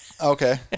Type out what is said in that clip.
Okay